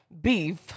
beef